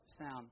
sound